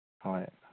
ꯍꯣꯏ